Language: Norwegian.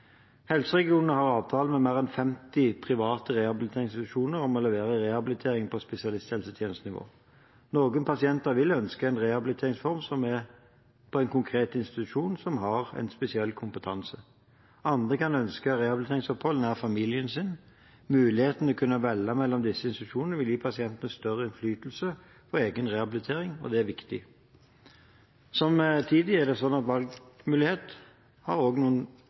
Helseregionene har avtale med mer enn 50 private rehabiliteringsinstitusjoner om å levere rehabilitering på spesialisthelsetjenestenivå. Noen pasienter vil ønske en rehabiliteringsform som en konkret institusjon har spesiell kompetanse på. Andre kan ønske rehabiliteringsopphold nær familien sin. Mulighetene til å kunne velge mellom disse institusjonene vil gi pasientene større innflytelse på egen rehabilitering, og det er viktig. Samtidig har en slik valgmulighet også noen utfordringer. I mange tilfeller vil det være viktig med god samhandling mellom kommunen og